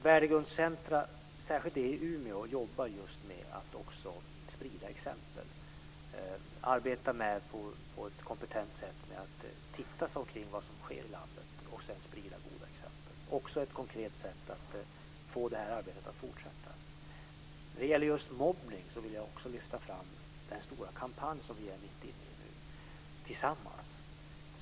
Värdegrundscentrumen, särskilt det i Umeå, jobbar just med att sprida exempel. De arbetar på ett kompetent sätt med att se sig omkring vad som sker i landet och sedan sprida goda exempel. Det är också ett konkret sätt att få det här arbetet att fortsätta. När det gäller just mobbning vill jag lyfta fram den stora kampanj som vi är mitt inne i nu.